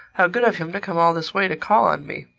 how good of him to come all this way to call on me!